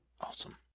awesome